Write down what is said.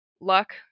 luck